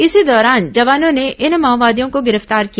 इसी दौरान जवानों ने इन माओवादियों को गिरफ्तार किया